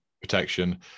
protection